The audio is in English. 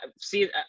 see